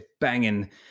banging